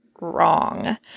wrong